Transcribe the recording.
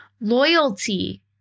loyalty